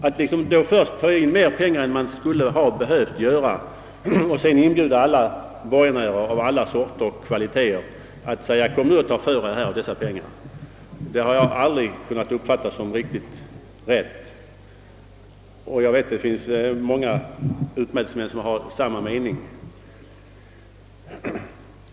Att först utkräva i skatt mera pengar än som borde ha skett och sedan inbjuda borgenärer av alla slag att ta för sig av dessa pengar, har jag aldrig kunnat uppfatta som riktigt, och jag vet att många utmätningsmän har samma mening.